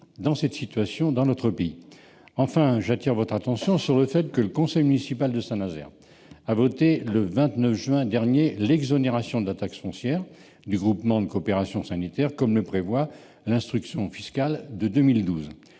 dans cette situation dans notre pays. Enfin, j'attire votre attention sur le fait que le conseil municipal de Saint-Nazaire a voté, le 29 juin dernier, l'exonération de la taxe foncière du groupement de coopération sanitaire, comme le prévoit l'instruction fiscale de 2012.